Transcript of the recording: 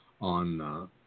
on